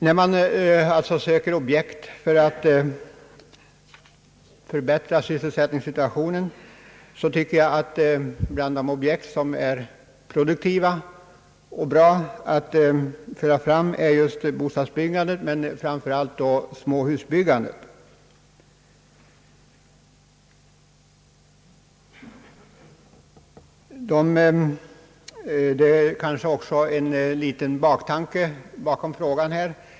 När man alltså söker objekt för att förbättra sysselsättningssituationen tycker jag att bostadsbyggandet, och framför allt då småhusbyggandet, tillhör de objekt som är produktiva och som lämpar sig att föra fram. Det finns kanske också en liten baktanke bakom min fråga.